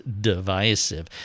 divisive